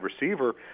receiver